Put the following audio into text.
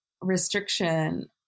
restriction